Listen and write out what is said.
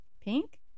Pink